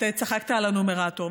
צחקת על הנומרטור.